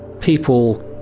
people,